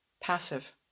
passive